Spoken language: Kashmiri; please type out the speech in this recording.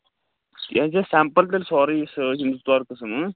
یہِ أنۍزیو سٮ۪مپٕل تیٚلہِ سورُے یہِ سۭتۍ زٕ ژور قٕسٕم